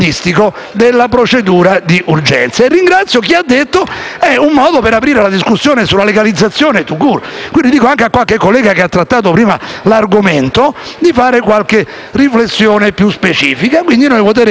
Ringrazio chi ha detto che questo è un modo per aprire la discussione sulla legalizzazione *tout court*. Dico a qualche collega che ha trattato prima l'argomento di fare qualche riflessione più specifica. Noi voteremo serenamente, ma convintamente contro